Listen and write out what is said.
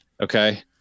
Okay